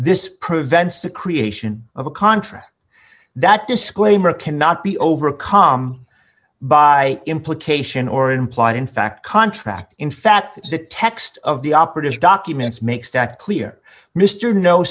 this prevents the creation of a contract that disclaimer cannot be overcome by implication or implied in fact contract in fact the text of the operative documents makes that clear mr no